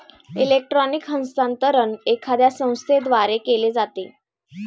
electronic हस्तांतरण एखाद्या संस्थेद्वारे केले जाते